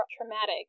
traumatic